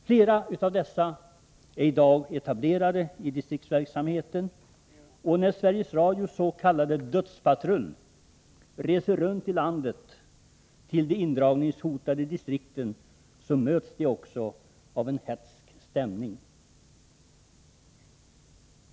Flera av dessa är i dag etablerade i distriktsverksamheten, och när Sveriges Radios s.k. dödspatrull reser runt i landet till de indragningshotade distrikten möts den också av en hätsk stämning.